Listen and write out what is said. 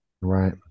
right